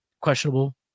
Questionable